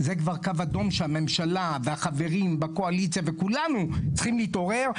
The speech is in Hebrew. זה כבר קו אדום שהממשלה והחברים בקואליציה וכולנו צריכים להתעורר.